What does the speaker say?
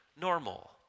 normal